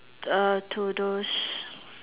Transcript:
uh to those